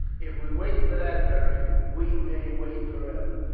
if we wait for that, beric, we may wait for ever,